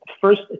first